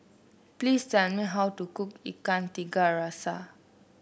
please tell me how to cook Ikan Tiga Rasa